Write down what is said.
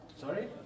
Sorry